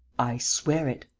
i swear it.